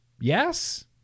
Yes